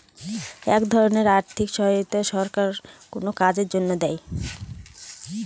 এক ধরনের আর্থিক সহায়তা সরকার কোনো কাজের জন্য দেয়